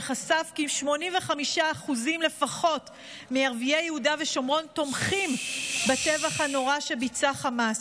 שחשף כי 85% לפחות מערביי יהודה ושומרון תומכים בטבח הנורא שביצע חמאס,